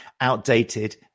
outdated